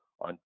on